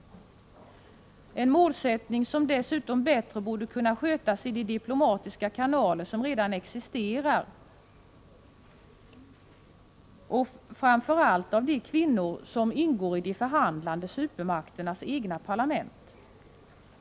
Den målsättningen borde dessutom bättre kunna skötas av de diplomatiska kanaler som redan existerar och framför allt av de kvinnor som ingår i de förhandlande supermakternas egna parlament.